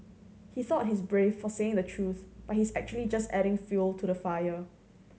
he thought he's brave for saying the truth but he's actually just adding fuel to the fire